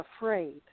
afraid